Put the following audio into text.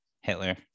Hitler